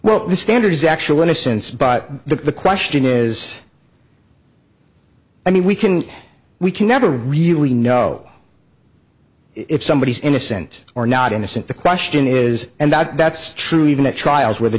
well the standard is actual innocence but the question is i mean we can we can never really know if somebody is innocent or not innocent the question is and that's true even at trials where the